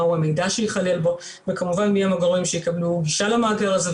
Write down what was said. מהו המידע שייכלל בו וכמובן מי הם הגורמים שיקבלו גישה למאגר הזה,